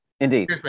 indeed